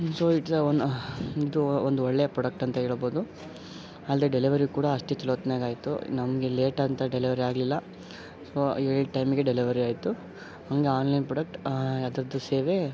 so it's a ಒನ್ನ ಇದು ಒಂದು ಒಳ್ಳೆಯ ಪ್ರಾಡಕ್ಟ್ ಅಂತ ಹೇಳಬೋದು ಅಲ್ಲದೆ ಡೆಲಿವರಿ ಕೂಡ ಅಷ್ಟೇ ಚಲೋತ್ತ್ನಾಗಿ ಆಯಿತು ನಮಗೆ ಲೇಟ್ ಅಂತ ಡೆಲಿವರಿ ಆಗಲಿಲ್ಲ ಸೊ ಹೇಳಿದ ಟೈಮಿಗೆ ಡೆಲಿವರಿ ಆಯಿತು ಹಾಗೆ ಆನ್ಲೈನ್ ಪ್ರಾಡಕ್ಟ್ ಅದರದ್ದು ಸೇವೆ